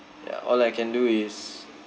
ya all I can do is